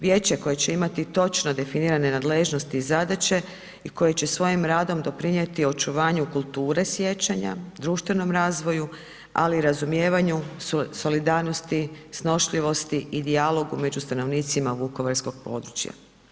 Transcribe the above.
Vijeće koje će imati točno definirane nadležnosti i zadaće i koje će svojim radom doprinijeti očuvanju kulture sjećanja, društvenom razvoju, ali i razumijevanju, solidarnosti, snošljivosti i dijaloga među stanovnicima vukovarskog područja.